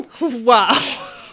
wow